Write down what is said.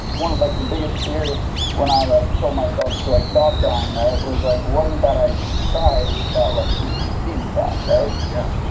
one of like the biggest fear when i like told myself to like stop crying, right. was like, wasn't that i cry? was that like people would see me cry? yeah,